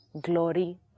glory